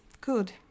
Good